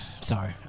Sorry